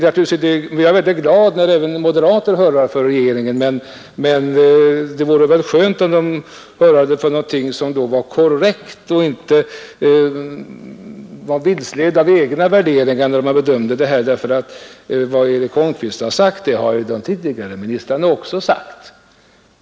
Jag är naturligtvis glad när även moderater hurrar för regeringen, men det vore skönt om det då hurrades för något som är korrekt och om man inte var vilseledd av egna värderingar. Vad Eric Holmquist har sagt har också de tidigare ministrarna sagt.